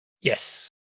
Yes